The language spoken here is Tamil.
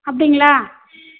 அப்படிங்களா